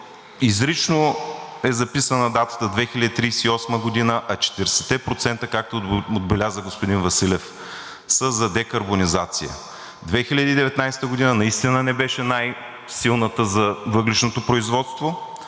изрично е записана датата 2038 г., а 40%, както отбеляза господин Василев, са за декарбонизация. 2019 г. наистина не беше най-силната за въглищното производство